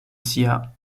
sia